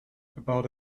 about